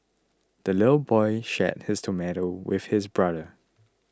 the little boy shared his tomato with his brother